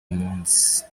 mpunzi